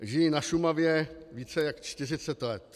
Žiji na Šumavě více jak 40 let.